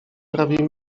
prawie